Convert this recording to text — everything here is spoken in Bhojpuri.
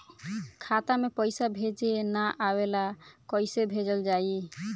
खाता में पईसा भेजे ना आवेला कईसे भेजल जाई?